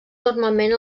normalment